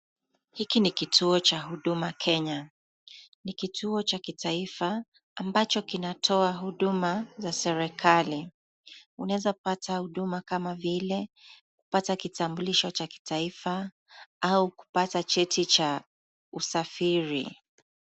Hiki ni kituo cha huduma Kenya. Ni kituo cha kitaifa ambacho kinatoa huduma za serikali. Unaeza pata huduma kama vile: kupata kitambulisho cha kitaifa au kupata cheti cha usafiri.